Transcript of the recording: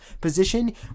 position